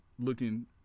looking